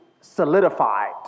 solidified